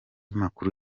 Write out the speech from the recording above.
makuru